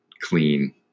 clean